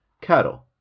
cattle